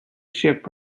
ship